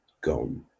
gone